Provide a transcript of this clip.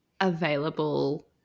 available